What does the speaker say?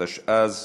התשע"ז